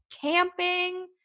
camping